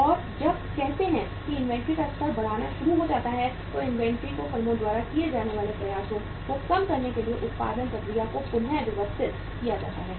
और जब कहते हैं कि इन्वेंट्री का स्तर बढ़ना शुरू हो जाता है तो इनवेंटरी को फर्मों द्वारा किए जाने वाले प्रयासों को कम करने के लिए उत्पादन प्रक्रिया को पुनः व्यवस्थित किया जाता है